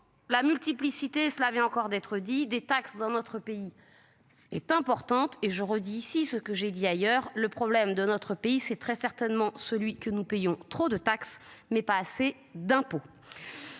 La multiplicité cela vient encore d'être dit des taxes dans notre pays. Est importante et je redis ici ce que j'ai dit ailleurs, le problème de notre pays, c'est très certainement celui que nous payons trop de taxes mais pas assez d'impôts.